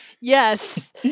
yes